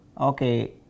Okay